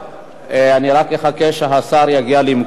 אני רק אחכה שהשר יגיע למקומו.